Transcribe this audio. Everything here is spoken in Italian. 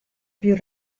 più